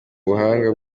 buhanga